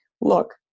look